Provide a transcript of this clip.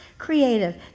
creative